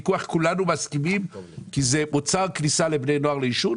ואילו הסיגריות שנועדו להחליף את הסיגריות הרגילות יצאו מהשוק,